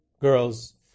girls